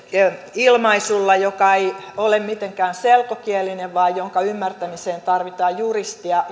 ilmaisulla joka ei ole mitenkään selkokielinen vaan jonka ymmärtämiseen tarvitaan juristia